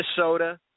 Minnesota